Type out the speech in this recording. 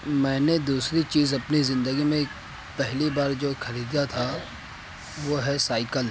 میں نے دوسری چیز اپنی زندگی میں پہلی بار جو خریدا تھا وہ ہے سائیکل